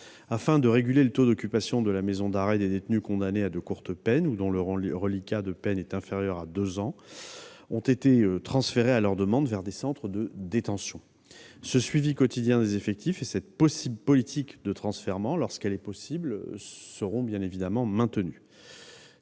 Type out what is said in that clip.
Afin de réguler le taux d'occupation de la maison d'arrêt, des détenus condamnés à de courtes peines ou dont le reliquat de peine est inférieur à deux ans ont été transférés, sur leur demande, vers des centres de détention. Ce suivi quotidien des effectifs et cette politique de transfèrement, lorsqu'elle est possible, seront maintenus.